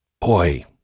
Boy